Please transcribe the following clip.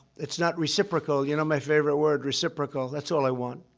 it's not reciprocal. you know my favorite word, reciprocal. that's all i want.